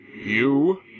You